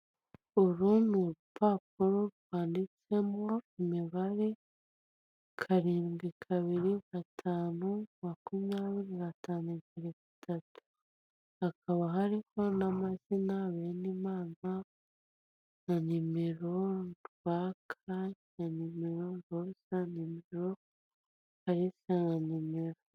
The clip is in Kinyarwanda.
Uru ni urupapuro rwanditsemo imibare, karindwi, kabiri, gatanu, makumyabiri, gatanu, gatatu. Hakaba hari n'amazina Benimana, na nimero.